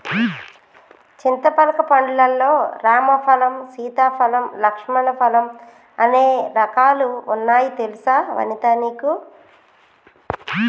చింతపలక పండ్లు లల్లో రామ ఫలం, సీతా ఫలం, లక్ష్మణ ఫలం అనే రకాలు వున్నాయి తెలుసా వనితా నీకు